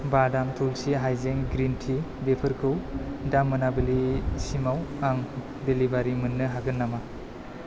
वादम थुलसि हायजें green tea बेफोरखौ दा मोनाबिलिसिमाव आं देलिबारि मोननो हागोन नामा